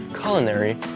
culinary